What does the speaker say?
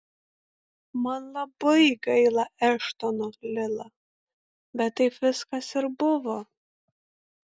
man labai gaila eštono lila bet taip viskas ir buvo